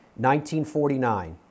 1949